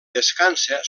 descansa